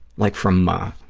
like from, oh,